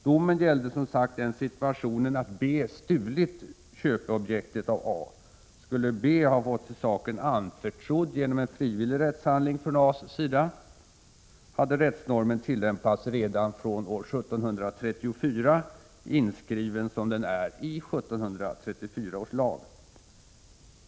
Domen gällde som sagt den situationen att B stulit köpeobjektet av A. Skulle B ha fått sig saken anförtrodd genom en frivillig rättshandling från A:s sida, hade rättsnormen tillämpats redan från år 1734, inskriven som den är i 1734 års lag.